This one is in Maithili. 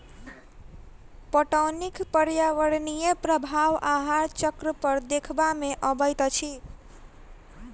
पटौनीक पर्यावरणीय प्रभाव आहार चक्र पर देखबा मे अबैत अछि